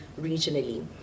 regionally